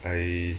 I